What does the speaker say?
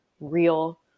real